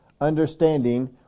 understanding